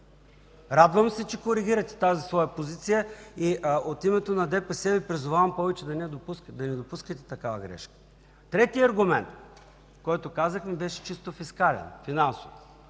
Радвам се, че коригирахте тази своя позиция. От името на ДПС Ви призовавам повече да не допускате такава грешка. Третият аргумент, който казахме, беше чисто фискален, финансов.